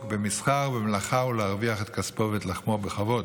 במסחר ומלאכה ולהרוויח את כספו ואת לחמו בכבוד.